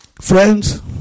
Friends